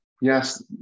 yes